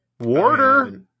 Warder